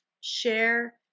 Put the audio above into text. share